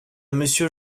monsieur